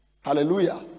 Hallelujah